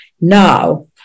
Now